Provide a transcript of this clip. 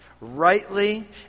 rightly